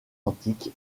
antique